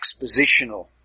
expositional